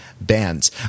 bands